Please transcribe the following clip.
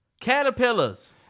Caterpillars